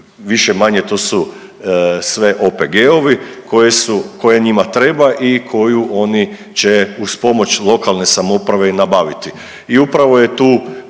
više-manje, to su sve OPG-ovi koji su, koje njima treba i koju oni će uz pomoć lokalne samouprave i nabaviti. I upravo je tu